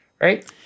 right